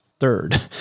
third